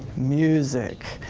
music.